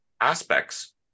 aspects